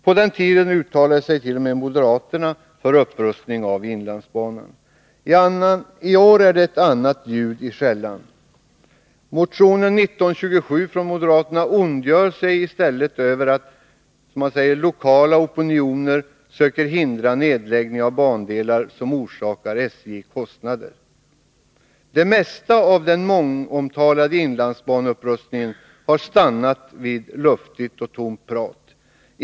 På den tiden uttalade sig t.o.m. moderaterna för upprustning av inlandsbanan. I år är det ett annat ljud i skällan. I den moderata motionen 1927 ondgör man sig i stället över att ”Lokala opinioner söker hindra nedläggning av bandelar som —-—-— förorsakar SJ betydande kostnader.” Det mesta av den mångomtalade inlandsbaneupprustningen har stannat vid luftigt och tomt prat.